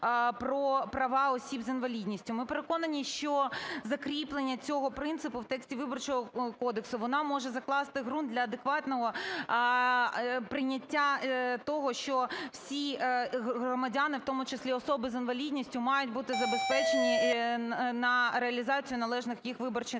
про права осіб з інвалідністю. Ми переконані, що закріплення цього принципу в тексті Виборчого кодексу, воно може закласти ґрунт для адекватного прийняття того, що всі громадяни, в тому числі особи з інвалідністю, мають бути забезпечені на реалізацію належних їх виборчих